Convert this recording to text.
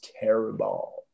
terrible